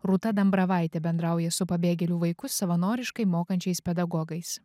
rūta dambravaitė bendrauja su pabėgėlių vaikus savanoriškai mokančiais pedagogais